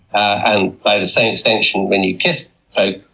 and by the same extension, when you kiss folk,